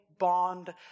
bond